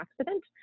accident